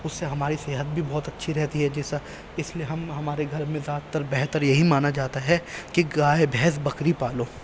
اس سے ہماری صحت بھی بہت اچھی رہتی ہے جیسا اس لیے ہم ہمارے گھر میں زیادہ تر بہتر یہی مانا جاتا ہے کہ گائے بھنیس بکری پالو